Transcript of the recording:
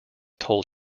told